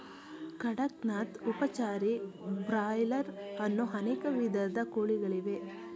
ಕಡಕ್ ನಾಥ್, ಉಪಚಾರಿ, ಬ್ರಾಯ್ಲರ್ ಅನ್ನೋ ಅನೇಕ ವಿಧದ ಕೋಳಿಗಳಿವೆ